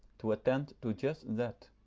to attend to just that,